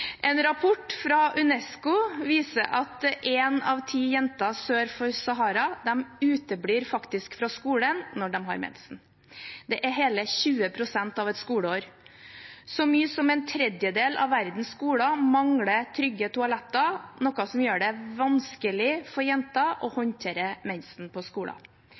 En rapport fra UNESCO viser at én av ti jenter sør for Sahara uteblir fra skolen når de har mensen. Det er hele 20 pst. av et skoleår. Så mye som en tredjedel av verdens skoler mangler trygge toaletter, noe som gjør det vanskelig for jenter å håndtere mensen på skolen.